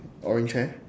orange hair